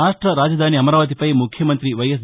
రాష్ట్ర రాజధాని అమరావతిపై ముఖ్యమంత్రి వైఎస్